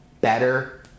better